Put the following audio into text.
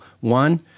one